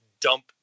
dump